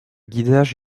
guidage